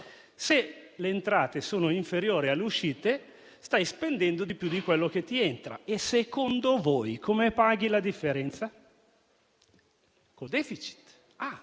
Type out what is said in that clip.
Se le entrate sono inferiori alle uscite, stai spendendo di più di quello che entra. E secondo voi, come si paga la differenza? Con il